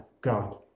god